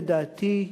לדעתי,